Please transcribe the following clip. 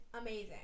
amazing